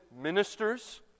ministers